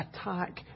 attack